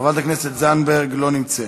חברת הכנסת זנדברג, לא נמצאת,